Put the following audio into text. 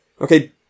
okay